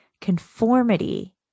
Conformity